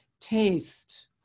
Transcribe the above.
taste